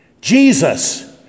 Jesus